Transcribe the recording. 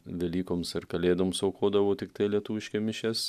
velykoms ar kalėdoms aukodavau tiktai lietuviškai mišias